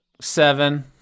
Seven